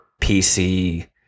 pc